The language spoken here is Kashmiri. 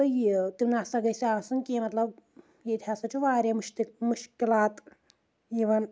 تہٕ یہِ تہِ نَسا گٔژھۍ آسُن کینٛہہ ییٚتہِ ہسا چھُ واریاہ مُشکِلات یِوان